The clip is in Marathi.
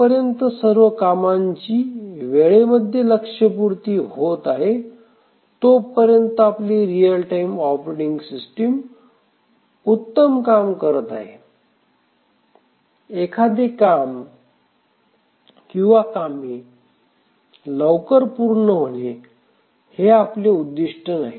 जोपर्यंत सर्व कामांची वेळेमध्ये लक्ष्यपूर्ती होत आहे तोपर्यंत आपली रियल टाइम ऑपरेटिंग सिस्टिम उत्तम काम करत आहे एखादे काम किंवा कामे लवकर पूर्ण होणे हे आपले उद्दिष्ट नाही